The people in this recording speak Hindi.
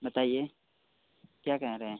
बताइए क्या कह रहे हैं